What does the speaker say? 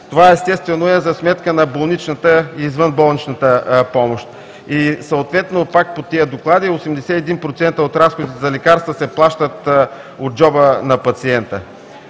Това, естествено, е за сметка на болничната и извънболнична помощ и съответно, пак по тези доклади, 81% от разходите за лекарства се плащат от джоба на пациента.